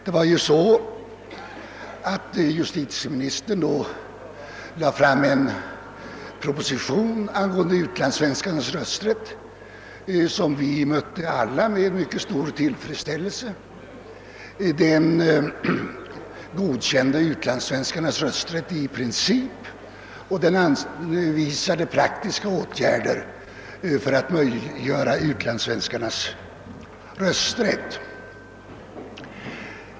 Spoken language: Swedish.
Som bekant lade justitieministern då fram en proposition angående utlandssvenskarnas rösträtt. Den propositionen, som vi alla hälsade med stor tillfredsställelse, godkände i princip utlandssvenskarnas rösträtt och anvisade praktiska åtgärder för att möiliggöra för utlandssvenskarna att utöva denna rätt.